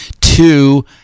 Two